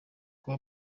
kuba